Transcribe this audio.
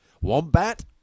Wombat